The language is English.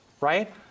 right